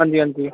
ਹਾਂਜੀ ਹਾਂਜੀ